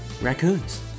Raccoons